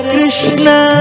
Krishna